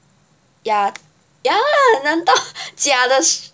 ya 难道 假的